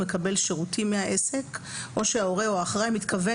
מקבל שירותים מהעסק או שההורה או האחראי מתכוון